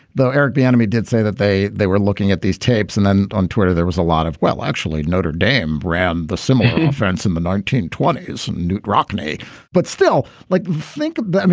though, eric b enemy did say that they they were looking at these tapes. and then on twitter, there was a lot of well, actually, notre dame brown, the similar offense in the nineteen twenty s. newt rockne but still like flink. but i mean,